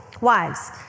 wives